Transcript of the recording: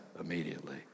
immediately